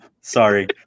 Sorry